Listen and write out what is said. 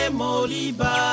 moliba